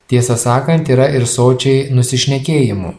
tiesą sakant yra ir sočiai nusišnekėjimų